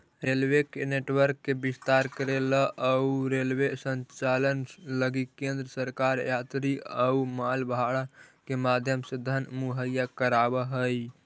railway के network के विस्तार करेला अउ रेलवे संचालन लगी केंद्र सरकार यात्री अउ माल भाड़ा के माध्यम से धन मुहैया कराव हई